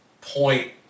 point